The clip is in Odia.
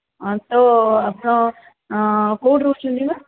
ହଁ ତ ଆସ କୋଉଠି ରହୁଛନ୍ତି ଆଜ୍ଞା